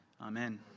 Amen